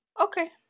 Okay